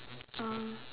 ah